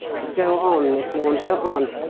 go on, miss lorne, go on.